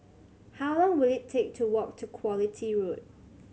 how long will it take to walk to Quality Road